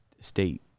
state